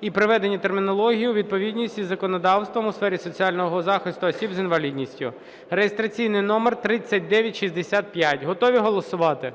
і приведення термінології у відповідність із законодавством у сфері соціального захисту осіб з інвалідністю (реєстраційний номер 3965). Готові голосувати?